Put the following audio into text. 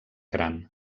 gran